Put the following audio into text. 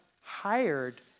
hired